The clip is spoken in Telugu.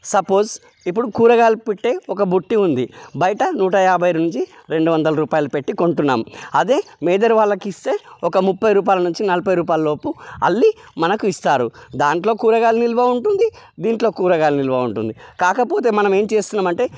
సపోజ్ ఇప్పుడు కూరగాయలు పెట్టే ఒక బుట్ట ఉంది బయట నూట యాభై నుంచి రెండు వందల రూపాయలు పెట్టి కొంటున్నాం అదే మేదరి వాళ్ళకు ఇస్తే ఒక ముప్పై రూపాయలు నుంచి నలభై రూపాయలలోపు అల్లి మనకు ఇస్తారు దాంట్లో కూరగాయలు నిల్వ ఉంటుంది దీంట్లో కూరగాయలు నిల్వ ఉంటుంది కాకపోతే మనం ఏమి చేస్తున్నామంటే